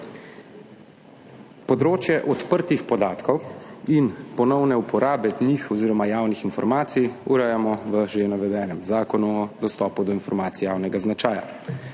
Področje odprtih podatkov in ponovne uporabe njih oziroma javnih informacij urejamo v že navedenem Zakonu o dostopu do informacij javnega značaja,